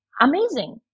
amazing